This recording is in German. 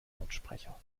lautsprecher